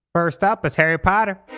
first up is harry potter.